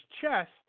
chest